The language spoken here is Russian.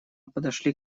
подошли